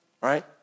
right